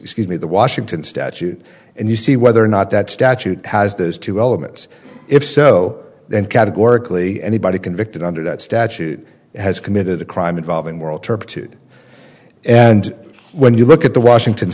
excuse me the washington statute and you see whether or not that statute has those two elements if so then categorically anybody convicted under that statute has committed a crime involving moral turpitude and when you look at the washington